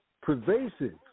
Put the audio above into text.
pervasive